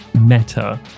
Meta